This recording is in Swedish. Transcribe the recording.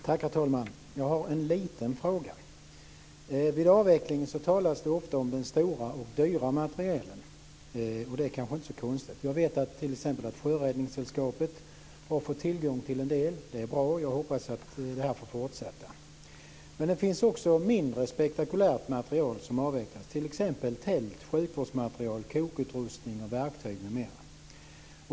Herr talman! Jag har en liten fråga. Vid avvecklingen talas det ofta om den stora och dyra materielen. Det är kanske inte så konstigt. Jag vet t.ex. att Sjöräddningssällskapet har fått tillgång till en del. Det är bra. Jag hoppas att det får fortsätta. Men det finns också mindre spektakulärt material som avvecklas, t.ex. tält, sjukvårdsmaterial, kokutrustning, verktyg m.m.